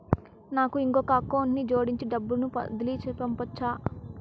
నాకు ఇంకొక అకౌంట్ ని జోడించి డబ్బును బదిలీ పంపొచ్చా?